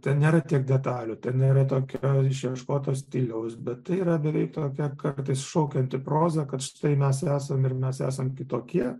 ten nėra tiek detalių ten nėra tokio išieškoto stiliaus bet tai yra yra tokia kartais šaukianti proza kad štai mes esam ir mes esam kitokie